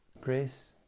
grace